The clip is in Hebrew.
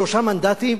שלושה מנדטים,